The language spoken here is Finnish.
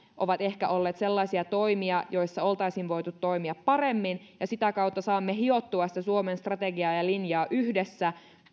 ovat ehkä olleet sellaisia toimia joiden osalta oltaisiin voitu toimia paremmin ja sitä kautta saamme hiottua sitä suomen strategiaa ja linjaa yhdessä